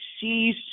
sees